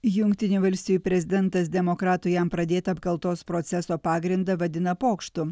jungtinių valstijų prezidentas demokratų jam pradėtą apkaltos proceso pagrindą vadina pokštu